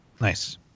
Nice